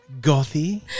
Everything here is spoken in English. gothy